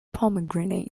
pomegranate